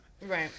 Right